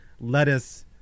lettuce –